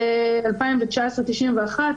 בשנת 2019 91,